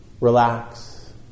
Relax